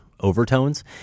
overtones